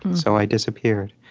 so i disappeared.